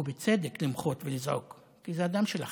ובצדק למחות ולזעוק, כי זה הדם שלכם.